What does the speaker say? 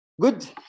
Good